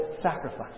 sacrifice